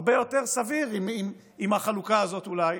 זה הרבה יותר סביר עם החלוקה הזאת, אולי.